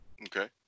Okay